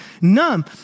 numb